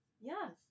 yes